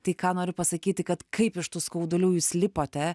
tai ką noriu pasakyti kad kaip iš tų skaudulių jūs lipote